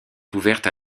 ouvertes